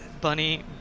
Bunny